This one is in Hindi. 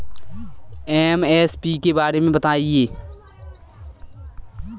एम.एस.पी के बारे में बतायें?